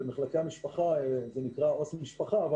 זה נקרא משפחה אבל